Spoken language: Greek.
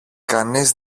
κανείς